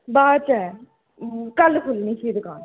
बाद च ऐ कल्ल खु'ल्लनी फ्ही दकान